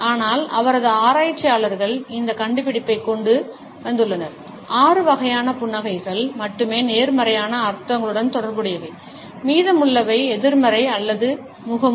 ஆனால் அவரது ஆராய்ச்சியாளர்கள் இந்த கண்டுபிடிப்பைக் கொண்டு வந்துள்ளனர் ஆறு வகையான புன்னகைகள் மட்டுமே நேர்மறையான அர்த்தங்களுடன் தொடர்புடையவை மீதமுள்ளவை எதிர்மறை அல்லது முகமூடி